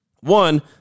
One